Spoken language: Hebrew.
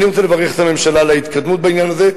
אני רוצה לברך את הממשלה על ההתקדמות בעניין הזה.